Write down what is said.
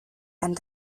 and